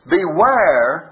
Beware